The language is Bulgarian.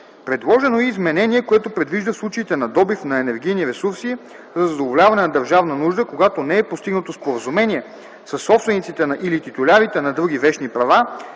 Предложено е и изменение, което предвижда в случаите на добив на енергийни ресурси за задоволяване на държавна нужда, когато не е постигнато споразумение със собствениците или титулярите на други вещни права,